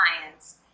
clients